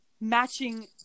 matching